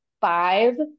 five